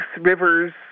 rivers